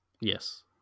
Yes